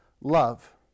love